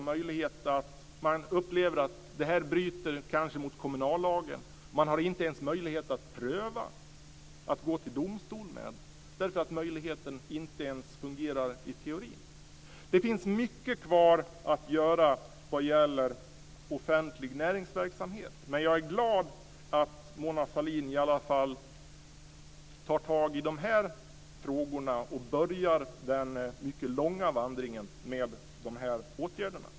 Man upplever att det kanske bryter mot kommunallagen, men man har inte ens möjlighet att pröva att gå till domstol med detta eftersom möjligheten inte ens fungerar i teorin. Det finns mycket kvar att göra när det gäller offentlig näringsverksamhet. Men jag är glad att Mona Sahlin i alla fall tar tag i de här frågorna och börjar den mycket långa vandringen med de här åtgärderna.